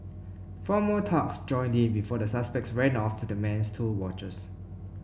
four more thugs joined in before the suspects ran off with the man's two watches